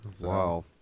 Wow